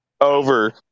Over